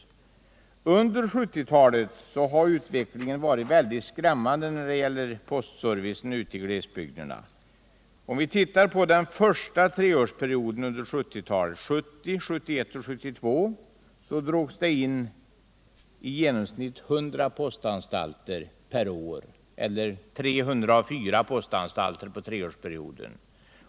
Under 1970-talet har utvecklingen när det gäller postservicen i glesbygderna varit skrämmande. Under den första treårsperioden under 1970-talet, alltså 1970, 1971 och 1972, drogs i genomsnitt 100 postanstalter per år in, eller 304 postanstalter under treårsperioden.